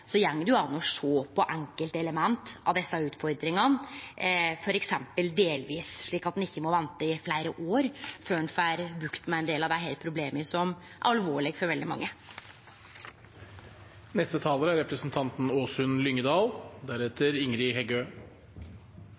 det går an å sjå på enkeltelement av desse utfordringane, f.eks. delvis, slik at ein ikkje må vente i fleire år før ein får bukt med ein del av desse problema, som er alvorlege for veldig mange. Det er